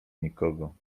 nikogo